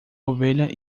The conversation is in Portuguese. ovelha